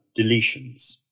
deletions